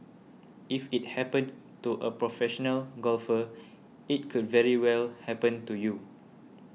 if it happened to a professional golfer it could very well happen to you